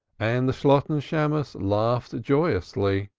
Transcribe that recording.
and the shalotten shammos laughed joyously,